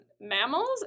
mammals